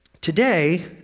Today